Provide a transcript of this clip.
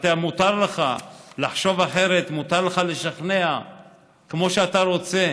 מותר לך לחשוב אחרת, מותר לך לשכנע כמו שאתה רוצה,